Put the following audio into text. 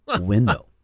window